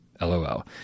LOL